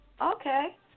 Okay